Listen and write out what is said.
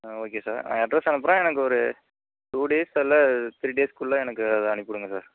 ஆ okay sir address அனுப்புகிறேன் எனக்கு ஒரு டூ டேஸ்யில்ல த்ரீ டேஸ்க்குள்ளே எனக்கு அதை அனுப்பி விடுங்க சார்